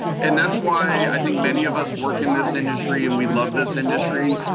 and that's why i think many of us work in this industry and we love this industry.